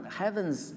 heaven's